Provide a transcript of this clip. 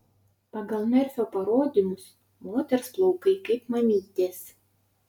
pagal merfio parodymus moters plaukai kaip mamytės